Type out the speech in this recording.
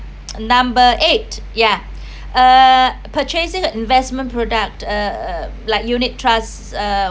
number eight ya uh purchasing investment product uh like unit trusts uh